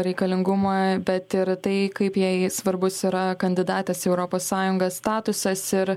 reikalingumą bet ir tai kaip jai svarbus yra kandidatės į europos sąjungą statusas ir